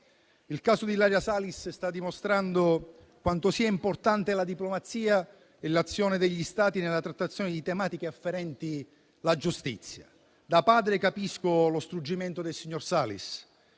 Il caso di Ilaria Salis sta dimostrando quanto sia importante la diplomazia e l'azione degli Stati nella trattazione di tematiche afferenti alla giustizia. Da padre, capisco lo struggimento del signor Salis,